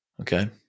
Okay